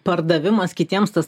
pardavimas kitiems tas